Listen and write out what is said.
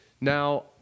Now